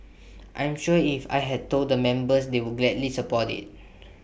I'm sure if I had told the members they would gladly support IT